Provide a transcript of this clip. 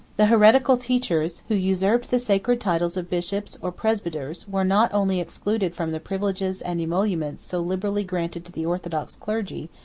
the heretical teachers, who usurped the sacred titles of bishops, or presbyters, were not only excluded from the privileges and emoluments so liberally granted to the orthodox clergy,